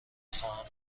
خواهم